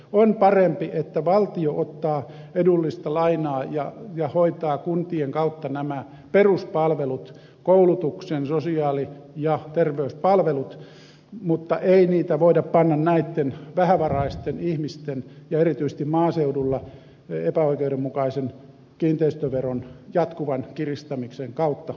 on parempi että valtio ottaa edullista lainaa ja hoitaa kuntien kautta nämä peruspalvelut koulutuksen sosiaali ja terveyspalvelut mutta ei niitä voida panna näitten vähävaraisten ihmisten ja erityisesti maaseudulla asuvien hoidettaviksi epäoikeudenmukaisen kiinteistöveron jatkuvan kiristämisen kautta